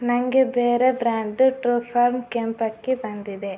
ನನಗೆ ಬೇರೆ ಬ್ರ್ಯಾಂಡ್ದು ಟ್ರು ಫಾರ್ಮ್ ಕೆಂಪಕ್ಕಿ ಬಂದಿದೆ